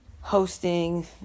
hosting